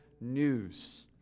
news